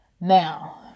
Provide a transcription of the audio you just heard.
Now